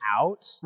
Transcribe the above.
out